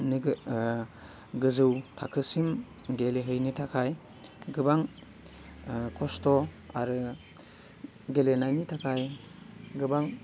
नोगो गोजौ थाखोसिम गेलेहैनो थाखाय गोबां खस्थ' आरो गेलेनायनि थाखाय गोबां